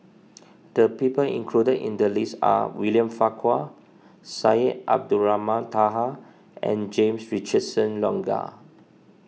the people included in the list are William Farquhar Syed Abdulrahman Taha and James Richardson Logan